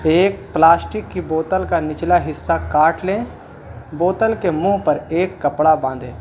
ایک پلاسٹک کی بوتل کا نچلا حصہ کاٹ لیں بوتل کے منہ پر ایک کپڑا باندیں